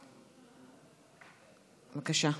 בבקשה,